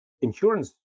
insurance